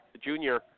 Junior